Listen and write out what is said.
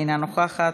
אינה נוכחת,